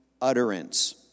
utterance